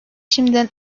şimdiden